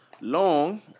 long